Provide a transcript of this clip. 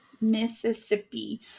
Mississippi